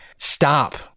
Stop